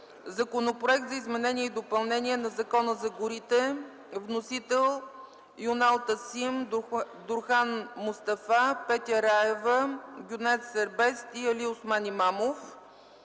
Законопроект за изменение и допълнение на Закона за горите. Вносители: Юнал Тасим, Дурхан Мустафа, Петя Раева, Гюнер Сербест и Алиосман Имамов.